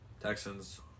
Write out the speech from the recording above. Texans